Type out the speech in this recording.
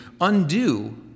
undo